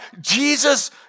Jesus